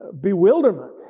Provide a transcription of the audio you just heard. bewilderment